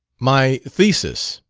my thesis,